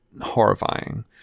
horrifying